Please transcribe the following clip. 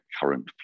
current